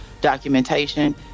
documentation